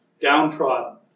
downtrodden